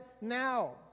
now